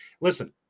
listen